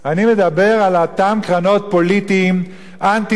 אני מדבר על אותן קרנות פוליטיות אנטי-דתיות,